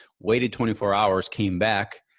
waited twenty four hours, came back,